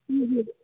उँ हुँ